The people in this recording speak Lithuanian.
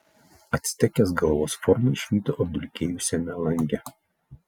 actekės galvos formą išvydo apdulkėjusiame lange